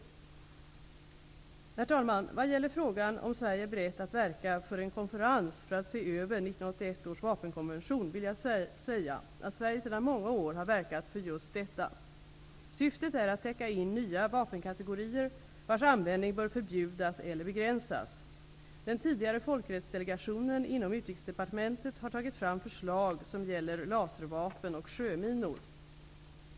Vad gäller frågan om Sverige är berett att verka för en konferens för att se över 1981 års vapenkonvention vill jag säga att Sverige sedan många år har verkat för just detta. Syftet är att täcka in nya vapenkategorier, vars användning bör förbjudas eller begränsas. Den tidigare folkrättsdelegationen inom Utrikesdepartementet har tagit fram förslag som gäller laservapen och sjöminor.